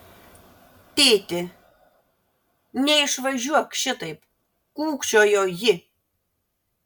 tėti neišvažiuok šitaip kūkčiojo ji